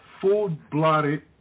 full-blooded